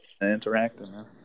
interacting